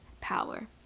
power